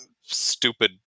stupid